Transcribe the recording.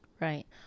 Right